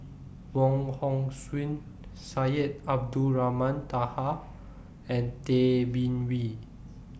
Wong Hong Suen Syed Abdulrahman Taha and Tay Bin Wee